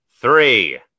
Three